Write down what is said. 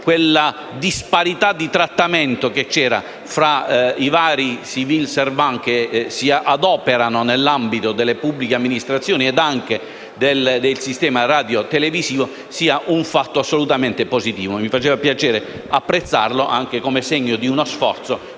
la disparità di trattamento esistente tra i vari *civil servant* che si adoperano nell'ambito delle pubbliche amministrazioni e del sistema radiotelevisivo, sia un fatto assolutamente positivo. Mi fa piacere apprezzarlo anche come segno di uno sforzo